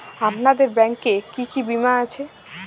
আপনাদের ব্যাংক এ কি কি বীমা আছে?